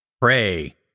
Pray